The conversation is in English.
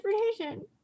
transportation